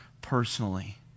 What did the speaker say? personally